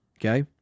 Okay